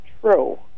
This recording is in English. true